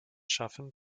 schaffen